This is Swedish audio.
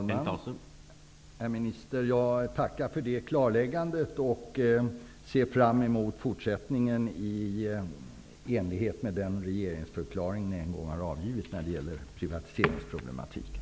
Herr talman! Jag tackar för detta klarläggande och ser fram emot fortsättningen i enlighet med den regeringsförklaring som ni en gång har avgivit när det gäller privatiseringsproblematiken.